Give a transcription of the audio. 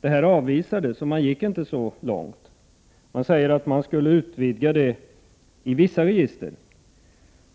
Det förslaget avvisades, och man gick inte så långt. Det sägs att det skall ske en utvidgning av sekretessen i vissa register,